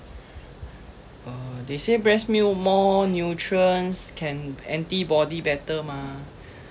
uh they say breast milk more nutrients can antibody better mah